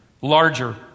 larger